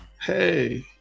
hey